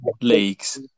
leagues